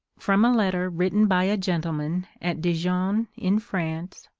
from a letter written by a gentleman at dijon in france,